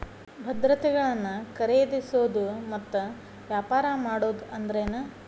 ಭದ್ರತೆಗಳನ್ನ ಖರೇದಿಸೋದು ಮತ್ತ ವ್ಯಾಪಾರ ಮಾಡೋದ್ ಅಂದ್ರೆನ